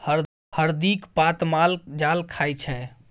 हरदिक पात माल जाल खाइ छै